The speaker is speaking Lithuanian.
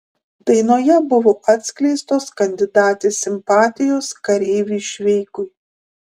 dainoje buvo atskleistos kandidatės simpatijos kareiviui šveikui